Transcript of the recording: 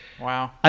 Wow